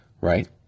right